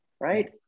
Right